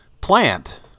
plant